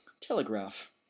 Telegraph